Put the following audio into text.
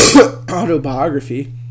autobiography